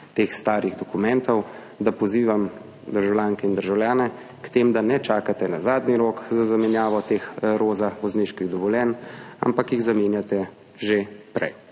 teh starih dokumentov, da pozivam državljanke in državljane, da ne čakate na zadnji rok za zamenjavo teh roza vozniških dovoljenj, ampak jih zamenjate že prej.